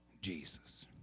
Jesus